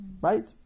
Right